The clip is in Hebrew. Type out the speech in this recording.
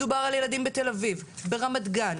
מדובר על ילדים בתל-אביב, ברמת-גן.